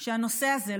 שהנושא הזה,